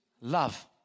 love